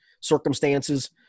circumstances